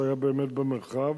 שהוא היה באמת במרחב,